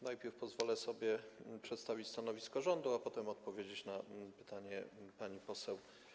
Najpierw pozwolę sobie przedstawić stanowisko rządu, a potem odpowiedzieć na pytanie pani poseł.